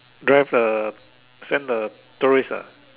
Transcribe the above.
drive the send the tourist ah